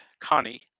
connie